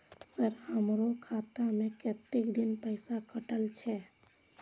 Sir हमारो खाता में कतेक दिन पैसा कटल छे?